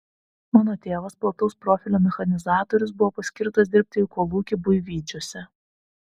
mano tėvas plataus profilio mechanizatorius buvo paskirtas dirbti į kolūkį buivydžiuose